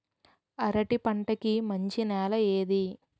అరటి పంట కి మంచి నెల ఏది?